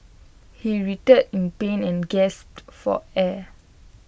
he writhed in pain and gasped for air